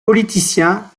politiciens